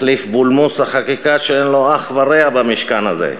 מחליף בולמוס החקיקה שאין לו אח ורע במשכן הזה.